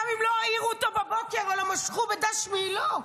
גם אם לא העירו אותו בבוקר ולא משכו בדש מעילו,